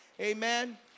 amen